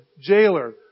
jailer